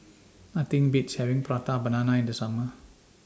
Nothing Beats having Prata Banana in The Summer